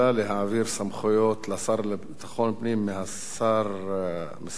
סמכויות לשר לביטחון פנים משר הפנים,